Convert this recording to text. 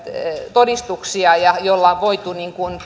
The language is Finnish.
todistuksia joilla on voitu